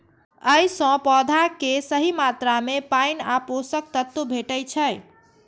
अय सं पौधा कें सही मात्रा मे पानि आ पोषक तत्व भेटै छै